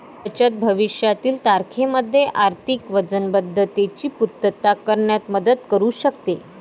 बचत भविष्यातील तारखेमध्ये आर्थिक वचनबद्धतेची पूर्तता करण्यात मदत करू शकते